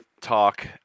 talk